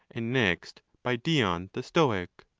and next by dion the stoic.